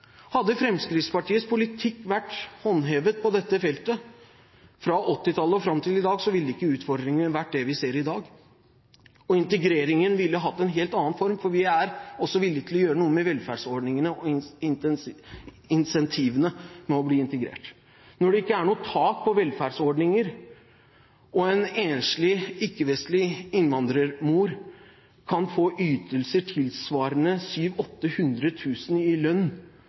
Hadde Fremskrittspartiets politikk vært håndhevet på dette feltet fra 1980-tallet og fram til i dag, ville ikke utfordringene vært slik vi ser i dag. Integreringen ville også hatt en helt annen form, for vi er også villig til å gjøre noe med velferdsordningene og incentivene til å bli integrert. Når det ikke er noe tak på velferdsordninger, og en enslig ikke-vestlig innvandrermor kan få ytelser tilsvarende 700 000–800 000 kr i lønn,